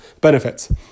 benefits